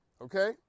okay